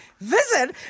visit